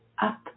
up